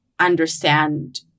Understand